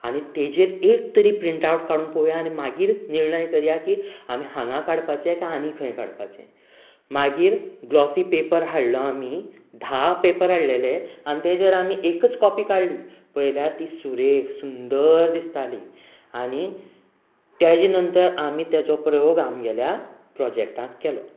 आनी ताजेर एक तरी प्रिंट आवट काडून पळोवया आनी मागीर निर्णय करया की आमीं हांगा काडपाचें की आनी खंय काडपाचें मागीर ग्लॉसी पेपर हाडलो आमीं धा पेपर हाडिल्ले आनी ताजेर आमीं एकच कॉपी काडली पळयल्यार ती सुरेख सुंदर दिसताली आनी ताज्या नंतर आमीं ताजो प्रयोग आमगेल्या प्रोजेक्टाक केलो